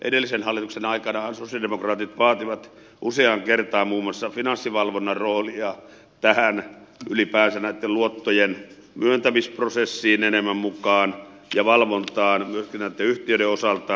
edellisen hallituksen aikanahan sosialidemokraatit vaativat useaan kertaan muun muassa finanssivalvontaa ylipäänsä tähän näitten luottojen myöntämisprosessiin enemmän mukaan ja valvontaan myöskin näiden yhtiöiden osalta